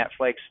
Netflix